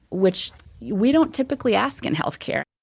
which we don't typically ask in health care,